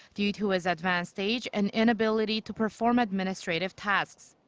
due to his advanced age and inability to perform administrative tasks.